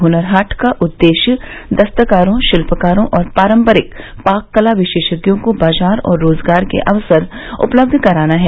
हुनर हाट का उद्देश्य दस्तकारों शिल्पकारों और पारंपरिक पाककला विशेषज्ञों को बाजार और रोजगार के अवसर उपलब्ध कराना है